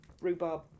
rhubarb